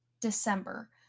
December